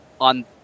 on